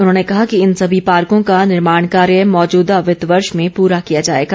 उन्होंने कहा कि इन समी पार्को का र्निर्माण कार्य मौजूदा वित्त वर्ष में पूरा किया जाएगा